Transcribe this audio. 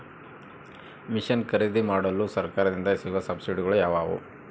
Mission ಖರೇದಿಮಾಡಲು ಸರಕಾರದಿಂದ ಸಿಗುವ ಸಬ್ಸಿಡಿಗಳು ಯಾವುವು?